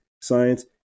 science